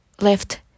left